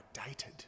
outdated